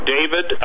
David